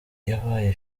yabaye